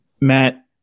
Matt